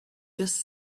just